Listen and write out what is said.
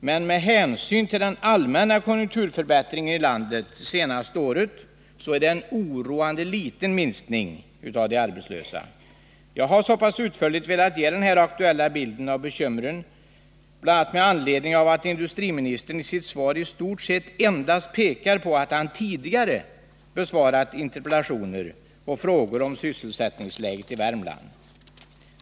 Men med hänsyn till den allmänna konjunkturförbättringen i landet det senaste året är det en oroande liten minskning av antalet arbetslösa. Jag har velat skildra de aktuella bekymren så här utförligt bl.a. därför att industriministern i sitt svar i stort sett endast pekar på att han tidigare besvarat interpellationer och frågor om sysselsättningsläget i Värmland.